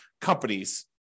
companies